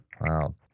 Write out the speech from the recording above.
Wow